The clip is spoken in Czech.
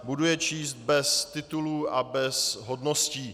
Budu je číst bez titulů a bez hodností.